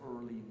early